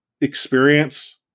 experience